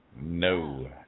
No